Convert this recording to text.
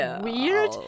weird